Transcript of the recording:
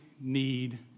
need